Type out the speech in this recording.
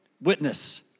witness